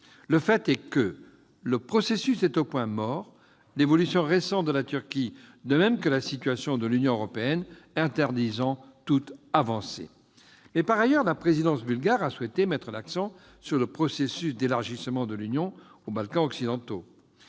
Le fait est que le processus est au point mort, l'évolution récente de la Turquie, de même que la situation de l'Union européenne, interdisant toute avancée. Mais, par ailleurs, la présidence bulgare a souhaité mettre l'accent sur le processus d'élargissement de l'Union européenne aux Balkans occidentaux.